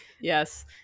yes